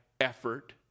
effort